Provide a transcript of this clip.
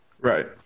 Right